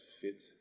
fit